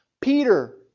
Peter